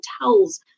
hotels